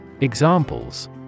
Examples